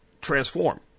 transform